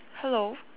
hello